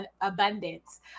abundance